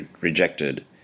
rejected